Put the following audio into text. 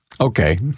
Okay